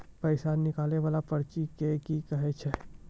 पैसा निकाले वाला पर्ची के की कहै छै?